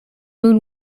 moon